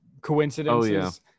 coincidences